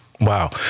Wow